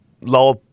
Lower